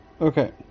okay